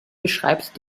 beschreibt